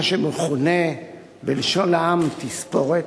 מה שמכונה בלשון העם "תספורת".